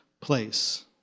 place